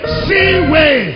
seaway